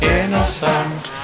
innocent